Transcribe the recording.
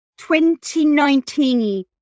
2019